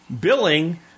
billing